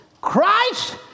Christ